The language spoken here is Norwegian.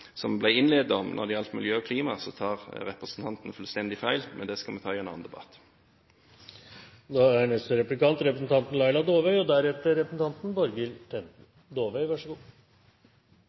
det ble innledet med når det gjaldt miljø og klima, tar representanten fullstendig feil, men det skal vi ta i en annen debatt. Jeg har et spørsmål om alkoholpolitikk. Fremskrittspartiet er